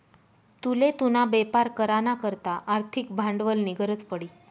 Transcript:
तुले तुना बेपार करा ना करता आर्थिक भांडवलनी गरज पडी